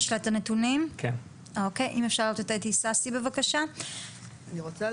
יש לנו ארבעת אלפים שבע מאות שלושים ושבעה מאומתים